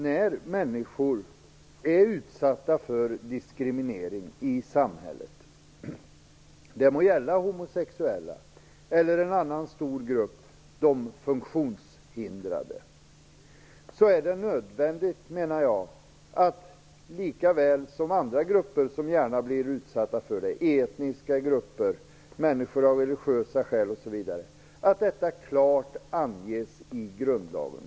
När människor är utsatta för diskriminering i samhället - de må gälla homosexuella eller de funktionshindrade, som är en annan stor grupp - är det nödvändigt att det anges ett klart förbud i grundlagen. Det gäller likaväl som för andra grupper som blir utsatta för diskriminering - etniska och religiösa grupper.